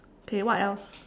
okay what else